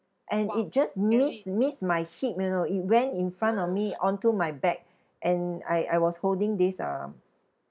and it just missed missed my hip you know it went in front of me onto my back and I I was holding this um